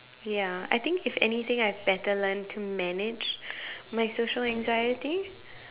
ya I think if anything I've better learnt to manage my social anxiety